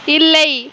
இல்லை